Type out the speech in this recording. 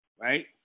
right